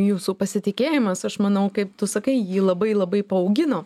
jūsų pasitikėjimas aš manau kaip tu sakai jį labai labai paaugino